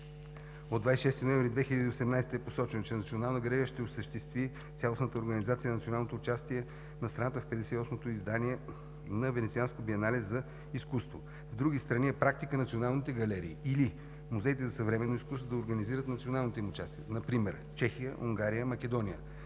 от 26 ноември 2018 г. е посочено, че Националната галерия ще осъществи цялостната организация на националното участие на страната в 58-то издание на Венецианското биенале за изкуство. В други страни е практика националните галерии или музеите за съвременно изкуство да организират националните им участия –например Чехия, Унгария, Македония.